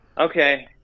Okay